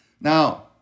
Now